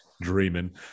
Dreaming